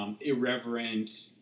irreverent